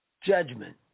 judgment